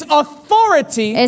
authority